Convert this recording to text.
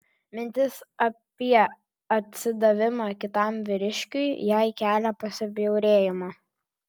mintis apie atsidavimą kitam vyriškiui jai kelia pasibjaurėjimą